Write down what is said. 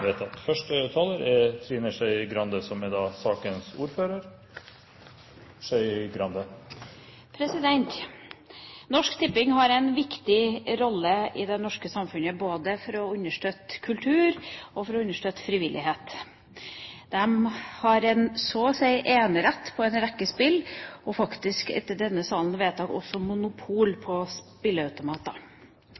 vedtatt. Norsk Tipping har en viktig rolle i det norske samfunnet, både for å understøtte kultur og for å understøtte frivillighet. De har så å si enerett på en rekke spill og faktisk etter denne salens vedtak også monopol